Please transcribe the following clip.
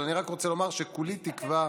אבל אני רק רוצה לומר שכולי תקווה,